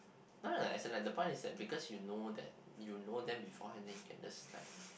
no no as in like the point is that because you know that you know them beforehand then you can just like